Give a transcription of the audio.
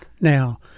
now